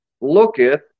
looketh